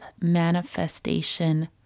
manifestation